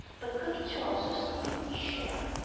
but cookies are also something we share.